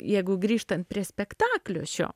jeigu grįžtant prie spektaklio šio